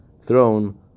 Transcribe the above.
throne